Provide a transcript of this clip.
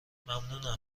ممنون